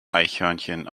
eichhörnchen